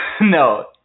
No